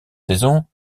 saison